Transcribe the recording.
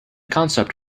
concept